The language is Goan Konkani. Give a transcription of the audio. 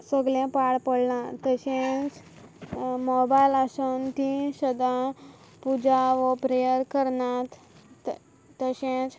सगलें पाड पोडलां तशेंच मॉबायल आसोन तीं सदां पुजा वो प्रेयर करनात त तशेंच